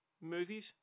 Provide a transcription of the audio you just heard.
movies